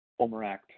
OMERACT